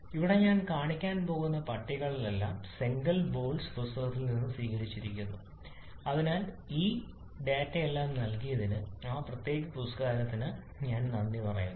ഇവിടെ ഞാൻ കാണിക്കാൻ പോകുന്ന പട്ടികകളെല്ലാം സെംഗൽ ബോലെസ് പുസ്തകത്തിൽ നിന്ന് സ്വീകരിച്ചിരിക്കുന്നു അതിനാൽ ഈ ഡാറ്റയെല്ലാം നൽകിയതിന് ആ പ്രത്യേക പുസ്തകത്തിന് ഞാൻ നന്ദിയുണ്ട്